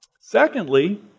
Secondly